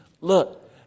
look